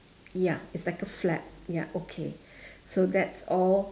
ya it's like a flap ya okay so that's all